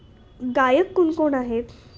गायक कोणकोण आहेत